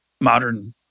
modern